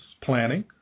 planning